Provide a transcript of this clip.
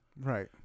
Right